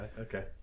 okay